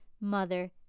mother